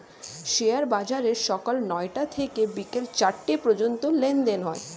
share বাজারে সকাল নয়টা থেকে বিকেল চারটে পর্যন্ত লেনদেন হয়